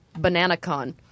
BananaCon